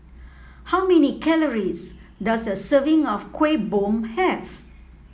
how many calories does a serving of Kuih Bom have